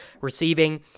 receiving